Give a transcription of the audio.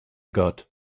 got